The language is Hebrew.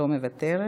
לא מוותרת,